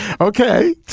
okay